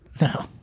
No